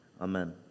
Amen